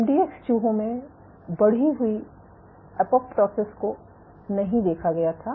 MDX चूहों में बढ़ी हुई एपोप्टोसिस को नहीं देखा गया था